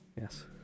Yes